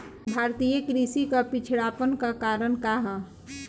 भारतीय कृषि क पिछड़ापन क कारण का ह?